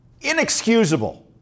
Inexcusable